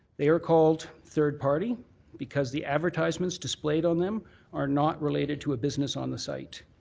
they are called third party because the advertisements displayed on them are not related to a business on the site.